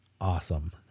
awesome